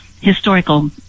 historical